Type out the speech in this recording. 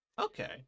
Okay